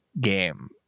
game